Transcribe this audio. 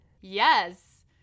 Yes